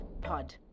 Pod